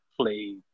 play